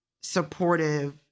supportive